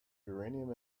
uranium